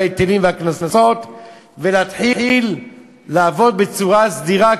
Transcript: של ההיטלים והקנסות ולהתחיל לעבוד בצורה סדירה,